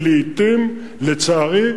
הוא לא ירי חי,